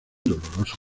doloroso